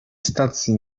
stacji